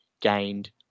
gained